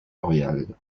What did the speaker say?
cordiale